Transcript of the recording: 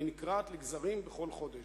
אני נקרעת לגזרים בכל חודש.